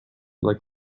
like